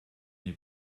n’ai